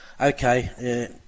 Okay